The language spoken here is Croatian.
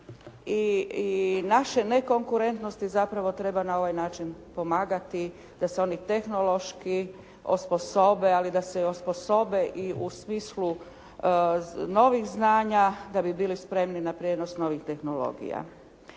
i naše nekonkurentnosti zapravo treba na ovaj način pomagati da se oni tehnološki osposobe, ali da se i osposobe i u smislu novih znanja da bi bili spremni na prijenos novih tehnologija.